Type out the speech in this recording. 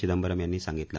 चिदंबरम यांनी सांगितलं